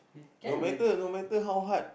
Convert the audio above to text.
no matter no matter how hard